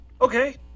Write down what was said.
Okay